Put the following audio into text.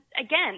again